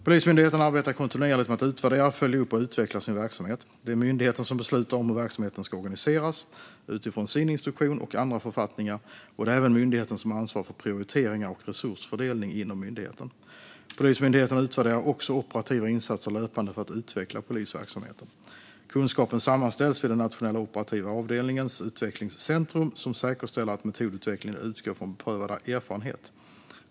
Polismyndigheten arbetar kontinuerligt med att utvärdera, följa upp och utveckla sin verksamhet. Det är myndigheten som beslutar om hur verksamheten ska organiseras, utifrån sin instruktion och andra författningar, och det är även myndigheten som ansvarar för prioriteringar och resursfördelning inom myndigheten. Polismyndigheten utvärderar också operativa insatser löpande för att utveckla polisverksamheten. Kunskapen sammanställs vid Nationella operativa avdelningens utvecklingscentrum, som säkerställer att metodutvecklingen utgår från beprövad erfarenhet.